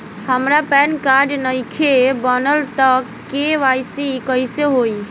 हमार PAN card नईखे बनल त के.वाइ.सी कइसे होई?